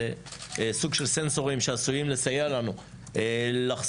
זה סוג של סנסורים שעשויים לסייע לנו לחזות